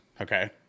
Okay